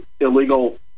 illegal